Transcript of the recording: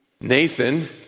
Nathan